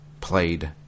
played